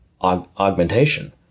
augmentation